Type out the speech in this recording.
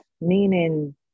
meaning